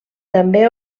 també